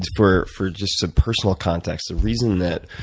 for for just personal context, the reason that,